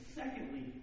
secondly